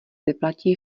vyplatí